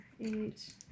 eight